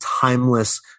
timeless